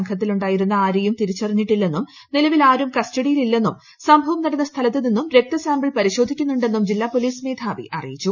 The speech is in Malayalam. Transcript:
സംഘത്തിലുണ്ടായിരുന്നു സ്ക്രൂപ്പൂർ തിരിച്ചറിഞ്ഞിട്ടില്ലെന്നും നിലവിൽ ആരും കസ്റ്റഡിയിൽ ഇല്ലെന്നും സംഭവം നടന്ന സ്ഥലത്ത് നിന്നും രക്ത സാമ്പിൾ പരിശോധിക്കുന്നുണ്ടെന്നും ജില്ലാ പോലീസ് മേധാവി അറിയിച്ചു